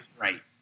Right